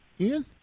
Ian